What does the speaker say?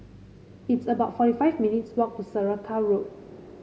it's about forty five minutes' walk to Saraca Road